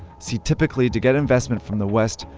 see, typically, to get investment from the west,